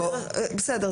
בסדר,